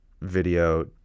video